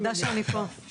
חיפה אחר כך אזורי.